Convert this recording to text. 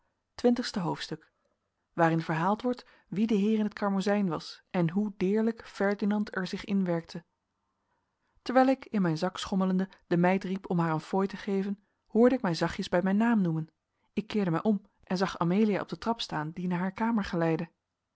twintigste hoofdstuk waarin verhaald wordt wie de heer in t karmozijn was en hoe deerlijk ferdinand er zich in werkte terwijl ik in mijn zak schommelende de meid riep om haar een fooi te geven hoorde ik mij zachtjes bij mijn naam noemen ik keerde mij om en zag amelia op de trap staan die naar haar kamer geleidde